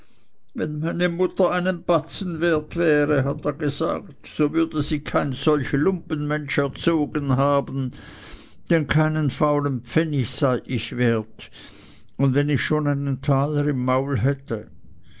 wenn meine mutter einen batzen wert wäre hat er gesagt so würde sie kein solch lumpenmensch erzogen haben denn keinen faulen pfennig sei ich wert und wenn ich schon einen taler im maul hätte